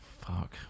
Fuck